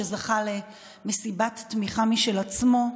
שזכה למסיבת תמיכה משל עצמו.